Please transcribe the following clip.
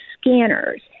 scanners